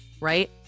right